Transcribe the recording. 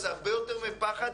זה הרבה יותר מפחד,